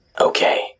Okay